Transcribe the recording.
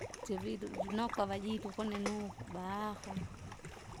Sividu lulunokava jitu kune nukwa baaho.